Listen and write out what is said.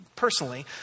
Personally